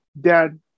dad